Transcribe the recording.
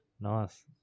nice